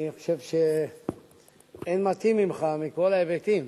אני חושב שאין מתאים ממך מכל ההיבטים